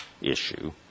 issue